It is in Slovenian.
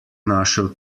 našel